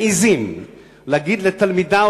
מעזים להגיד לתלמידה: